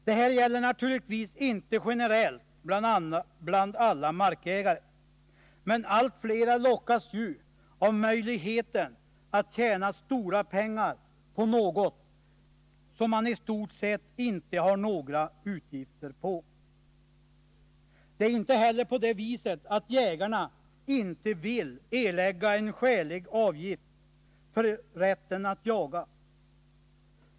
Detta gäller Nr 28 naturligtvis inte generellt bland alla markägare, men allt fler lockas ju av Onsdagen den möjligheten att tjäna stora pengar på något som man i stort sett inte har några 19 november 1980 utgifter för. Det är inte heller på det viset att jägarna inte vill erlägga en skälig avgift för rätten att jaga.